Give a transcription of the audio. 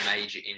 major